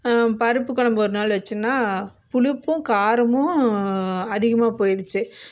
பருப்பு குழம்பு ஒரு நாள் வச்சேன்னால் புளிப்பும் காரமும் அதிகமாக போயிடுத்து